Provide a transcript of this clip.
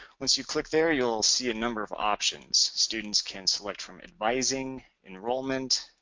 once you click there you'll see a number of options students can select from advising, enrollment,